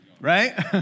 right